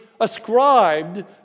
ascribed